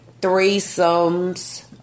threesomes